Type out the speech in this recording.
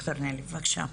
ד"ר נלי, בבקשה.